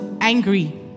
angry